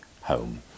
home